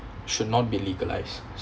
should not be legalised